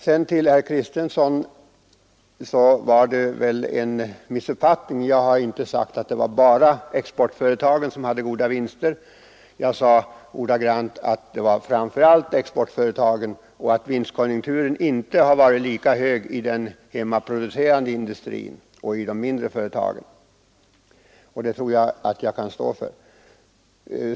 Herr Kristenson har nog råkat ut för en missuppfattning. Jag sade inte att det bara var exportföretagen som hade goda vinster, utan jag sade att det framför allt var exportföretagen och att vinstkonjunkturen inte hade varit lika hög för den hemmamarknadsproducerande industrin och de mindre företagen. Det tror jag att jag kan stå för.